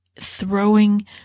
throwing